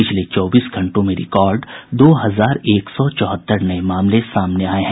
पिछले चौबीस घंटों में रिकार्ड दो हजार एक सौ चौहत्तर नये मामले सामने आये हैं